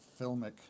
filmic